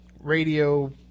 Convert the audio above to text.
radio